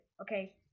okay